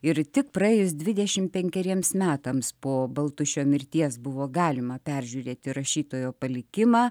ir tik praėjus dvidešim penkeriems metams po baltušio mirties buvo galima peržiūrėti rašytojo palikimą